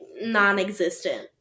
non-existent